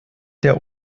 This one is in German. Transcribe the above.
der